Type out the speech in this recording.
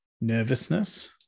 nervousness